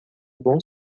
bom